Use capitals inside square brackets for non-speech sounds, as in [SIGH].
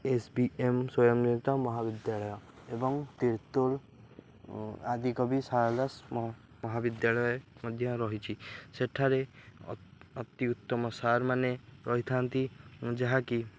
S B M ସ୍ୱୟଂ [UNINTELLIGIBLE] ମହାବିଦ୍ୟାଳୟ ଏବଂ ତିର୍ତ୍ତୋଲ ଆଦିକବି ସାରଳା ଦାସ ମହାବିଦ୍ୟାଳୟ ମଧ୍ୟ ରହିଛିି ସେଠାରେ ଅତି ଉତ୍ତମ ସାର୍ ମାନ ରହିଥାନ୍ତି ଯାହାକି